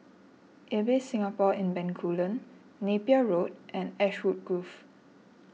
Ibis Singapore in Bencoolen Napier Road and Ashwood Grove